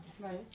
Right